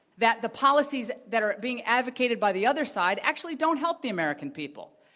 that the policies that are being advocated by the other side actually don't help the american people.